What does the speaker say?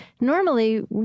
normally